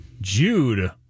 Jude